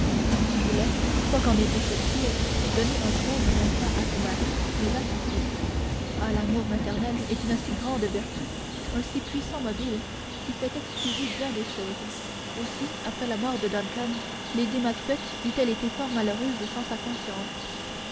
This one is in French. qui voulait quoi qu'en ait dit shakespeare donner un trône non à son mari mais à son fils ah l'amour maternel est une si grande vertu un si puissant mobile qu'il fait excuser bien des choses aussi après la mort de duncan lady macbeth eut-elle été fort malheureuse sans sa conscience